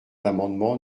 l’amendement